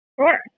Sure